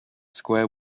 square